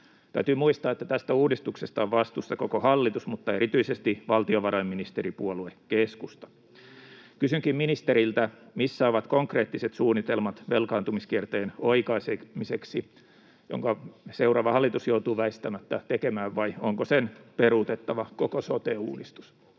Täytyy muistaa, että tästä uudistuksesta on vastuussa koko hallitus mutta erityisesti valtiovarainministeripuolue keskusta. Kysynkin ministeriltä: missä ovat konkreettiset suunnitelmat velkaantumiskierteen oikaisemiseksi, minkä seuraava hallitus joutuu väistämättä tekemään, vai onko sen peruutettava koko sote-uudistus?